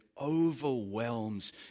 overwhelms